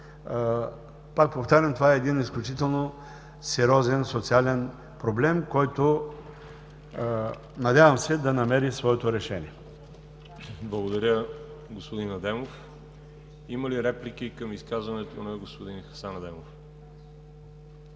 пак повтарям, това е един изключително сериозен социален проблем, който, надявам се, да намери своето решение. ПРЕДСЕДАТЕЛ ВАЛЕРИ ЖАБЛЯНОВ: Благодаря, господин Адемов. Има ли реплики към изказването на господин Хасан Адемов?